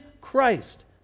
Christ